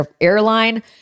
airline